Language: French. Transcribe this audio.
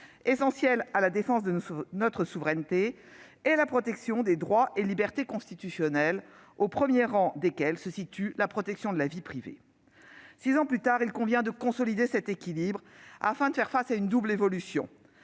essentiels à la défense de notre souveraineté, et la protection des droits et libertés constitutionnels, au premier rang desquels se situe la protection de la vie privée. Six ans plus tard, il convient de consolider cet équilibre, afin de faire face à une double évolution